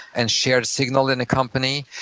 and shared signal in a company.